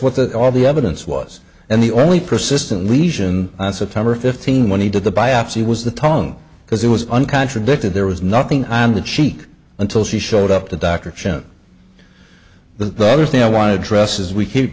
what the all the evidence was and the only persistent lesion on september fifteenth when he did the biopsy was the tongue because it was an contradicted there was nothing on the cheek until she showed up to dr chen but the other thing i want to address as we keep